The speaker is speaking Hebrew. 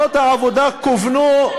קצת קשה.